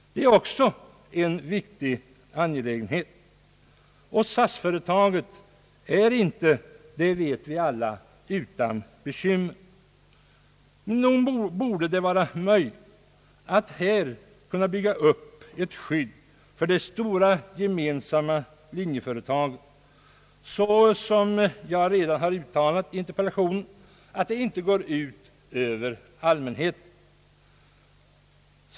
Det är också en viktig angelägenhet, och SAS-företaget är inte, det vet vi alla, utan bekymmer. Nog borde det vara möjligt att kunna bygga upp ett skydd för det stora gemensamma linjeföretaget så att, som jag redan uttalat i interpellationen, det inte går ut över allmänheten.